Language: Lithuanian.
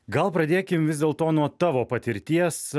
gal pradėkim vis dėl to nuo tavo patirties